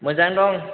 मोजाङैनो दं